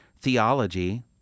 theology